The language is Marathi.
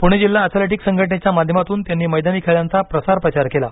पूणे जिल्हा ऍथलेटिक संघटनेच्या माध्यमातून त्यांनी मैदानी खेळांचा प्रसार प्रचार केला